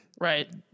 right